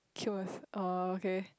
queue with uh okay